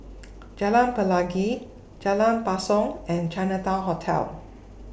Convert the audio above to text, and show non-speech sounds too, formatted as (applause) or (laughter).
(noise) Jalan Pelangi Jalan Basong and Chinatown Hotel